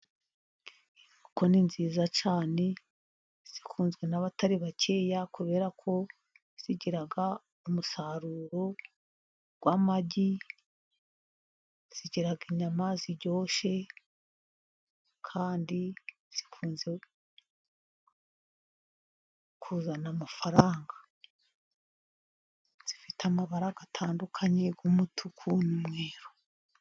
Inkoko ni nziza cyane zikunzwe n'abatari bakeya kubera ko zigira umusaruro w'amagi zigira inyama ziryoshye kandi zikunze kuzana amafaranga, zifite amabara atandukanye nk'umutuku n'umweru.